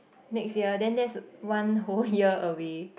next year then that's one whole year away